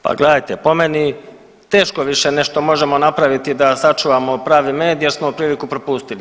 Pa gledajte po meni, teško više nešto možemo napraviti da sačuvamo pravi med jer smo priliku propustili.